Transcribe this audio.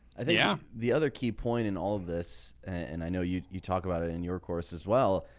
i think yeah the other key point in all of this, and i know you, you talk about it in your course as well,